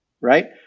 right